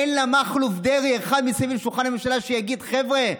אין לה מכלוף דרעי אחד מסביב לשולחן הממשלה שיגיד: חבר'ה,